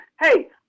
hey